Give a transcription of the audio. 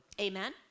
Amen